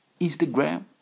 Instagram